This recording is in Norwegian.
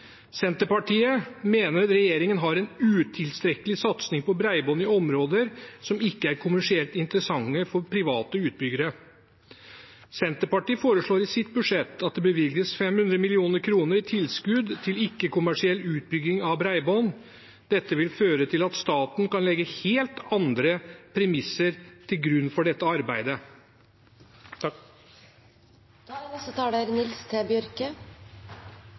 Senterpartiet mener regjeringen har en utilstrekkelig satsing på bredbånd i områder som ikke er kommersielt interessante for private utbyggere. Senterpartiet foreslår i sitt budsjett at det bevilges 500 mill. kr i tilskudd til ikke-kommersiell utbygging av bredbånd. Dette vil føre til at staten kan legge helt andre premisser til grunn for dette arbeidet.